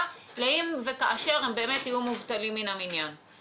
לאם וכאשר הם באמת יהיו מובטלים מן המניין.